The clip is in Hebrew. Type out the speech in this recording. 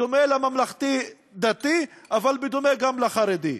בדומה לממלכתי-דתי, אבל בדומה גם לחרדי.